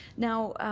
now,